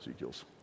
Ezekiels